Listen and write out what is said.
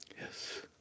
Yes